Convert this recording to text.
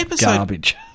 garbage